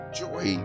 joy